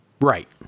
right